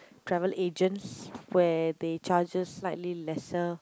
travel agents where they charge us slightly lesser